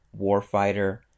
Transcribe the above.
warfighter